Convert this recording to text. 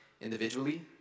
individually